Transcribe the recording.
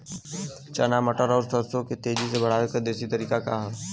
चना मटर और सरसों के तेजी से बढ़ने क देशी तरीका का ह?